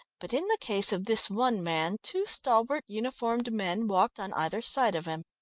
but in the case of this one man, two stalwart uniformed men walked on either side of him.